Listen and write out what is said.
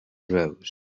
rose